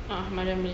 ah ah mariam punya